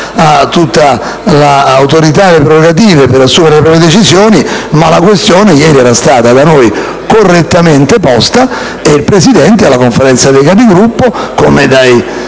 ha tutta l'autorità e le prerogative per assumere le sue decisioni, ma la questione ieri era stata da noi correttamente posta alla Conferenza dei Capigruppo, come mi